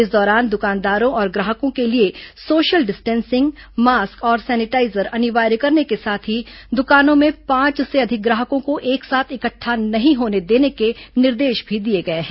इस दौरान द्वकानदारों और ग्राहकों के लिए सोशल डिस्टेंसिंग मास्के और सेनिटाईजर अनिवार्य करने के साथ ही दुकानों में पांच से अधिक ग्राहकों को एक साथ इकट्ठा नहीं होने देने के निर्देश भी दिए गए हैं